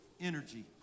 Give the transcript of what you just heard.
energy